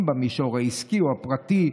במישור העסקי או הפרטי,